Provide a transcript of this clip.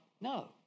no